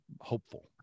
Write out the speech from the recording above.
hopeful